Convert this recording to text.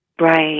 Right